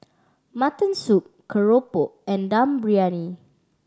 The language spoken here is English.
mutton soup keropok and Dum Briyani